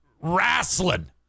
wrestling